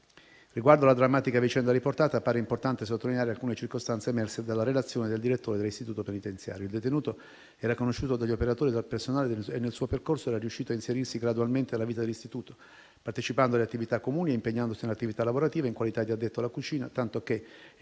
Riguardo alla drammatica vicenda riportata, appare importante sottolineare alcune circostanze emerse dalla relazione del direttore dell'istituto penitenziario. Il detenuto era conosciuto dagli operatori e dal personale e, nel suo percorso, era riuscito a inserirsi gradualmente nella vita dell'istituto, partecipando alle attività comuni ed impegnandosi nell'attività lavorativa in qualità di addetto alla cucina, tanto che